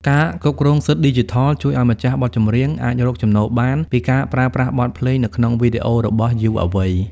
ការគ្រប់គ្រងសិទ្ធិឌីជីថល ជួយឱ្យម្ចាស់បទចម្រៀងអាចរកចំណូលបានពីការប្រើប្រាស់បទភ្លេងនៅក្នុងវីដេអូរបស់យុវវ័យ។